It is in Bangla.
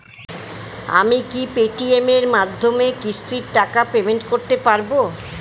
আমি কি পে টি.এম এর মাধ্যমে কিস্তির টাকা পেমেন্ট করতে পারব?